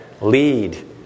Lead